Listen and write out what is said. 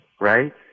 right